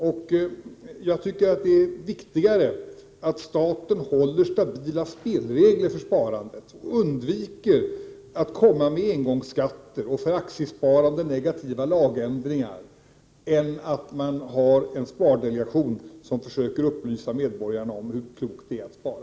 Det är viktigare att staten upprätthåller stabila spelregler för sparandet och undviker att komma med engångsskatter och för aktiesparandet negativa lagändringar, än att man har en spardelegation som försöker upplysa medborgarna om hur klokt det är att spara.